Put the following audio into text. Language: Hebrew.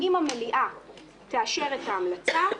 אם המליאה תאשר את ההמלצה,